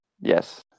Yes